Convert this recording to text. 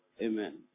Amen